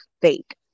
fake